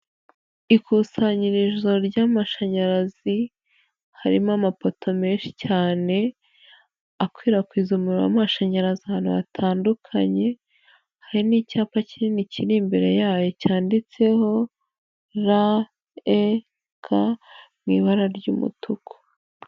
Ikusanyirizo ry'amashanyarazi harimo amapoto menshi cyane akwirakwiza umuriro w'amashanyarazi ahantu hatandukanye, hari n'icyapa kinini kiri imbere yayo cyanditseho REG mu ibara ry'umutuku.